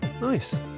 Nice